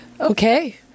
Okay